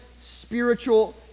spiritual